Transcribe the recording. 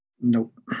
Nope